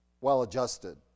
Well-adjusted